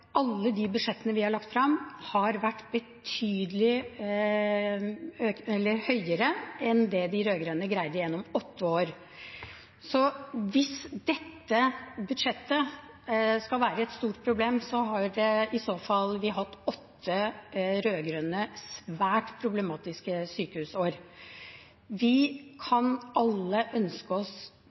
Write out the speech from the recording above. alle de budsjettene som vi har lagt frem, vært betydelig høyere enn det de rød-grønne greide gjennom åtte år. Så hvis dette budsjettet skal være et stort problem, har vi i så fall hatt åtte rød-grønne svært problematiske sykehusår. Vi kan alle ønske oss